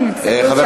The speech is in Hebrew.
ביידיש.